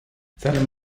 seinem